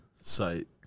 site